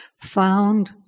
found